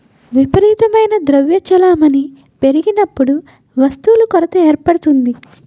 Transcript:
విపరీతమైన ద్రవ్య చలామణి పెరిగినప్పుడు వస్తువుల కొరత ఏర్పడుతుంది